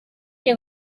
que